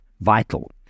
Vital